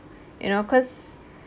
you know because